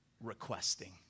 requesting